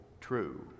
true